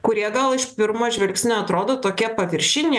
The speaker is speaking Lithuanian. kurie gal iš pirmo žvilgsnio atrodo tokie paviršiniai